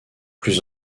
plus